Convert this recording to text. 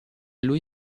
lui